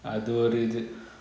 அது ஒரு:athu oru